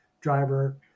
driver